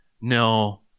no